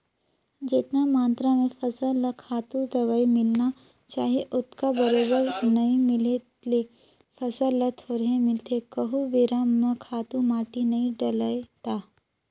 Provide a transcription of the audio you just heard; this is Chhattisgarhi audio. जेतना मातरा में फसल ल खातू, दवई मिलना चाही ओतका बरोबर नइ मिले ले फसल ल थोरहें मिलथे कहूं बेरा म खातू माटी नइ डलय ता